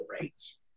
rates